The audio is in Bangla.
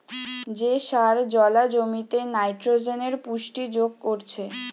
যে সার জোলা জমিতে নাইট্রোজেনের পুষ্টি যোগ করছে